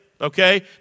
Okay